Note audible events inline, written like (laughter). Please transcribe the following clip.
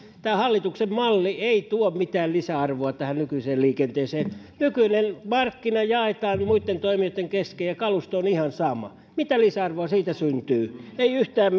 tämä hallituksen malli ei tuo mitään lisäarvoa tähän nykyiseen liikenteeseen nykyinen markkina jaetaan muitten toimijoitten kesken ja kalusto on ihan sama mitä lisäarvoa siitä syntyy ei yhtään (unintelligible)